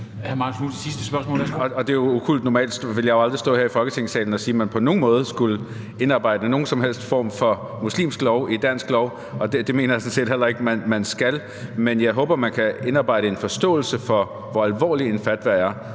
Kl. 15:11 Marcus Knuth (KF): Det er jo okkult. Normalt ville jeg jo aldrig stå her i Folketingssalen og sige, at man på nogen måde skulle indarbejde nogen som helst form for muslimsk lov i dansk lov. Det mener jeg sådan set heller ikke at man skal. Men jeg håber, at man kan indarbejde en forståelse for, hvor alvorligt en fatwa er,